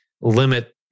limit